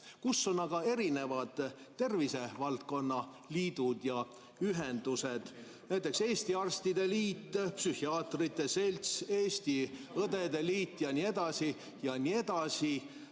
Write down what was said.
Kus on aga erinevad tervishoiu valdkonna liidud ja ühendused, näiteks Eesti Arstide Liit, Eesti Psühhiaatrite Selts, Eesti Õdede Liit ja nii edasi ja nii edasi?